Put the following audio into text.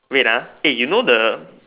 wait ah you know the